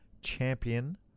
champion